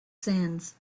sands